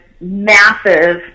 massive